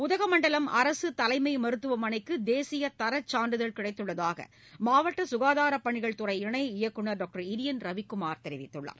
உதகமண்டலம் அரசுதலைமைமருத்துவமனைக்குதேசியதரச்சான்றிதழ் கிடைத்துள்ளதாகமாவட்டககாதாரப் பணிகள் துறை இணை இயக்குநர் டாக்டர் இரியன் ரவிக்குமார் தெரிவித்துள்ளார்